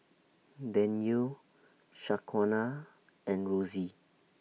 Danyel Shaquana and Rosy